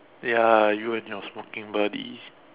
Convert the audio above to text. ya you and your smoking buddy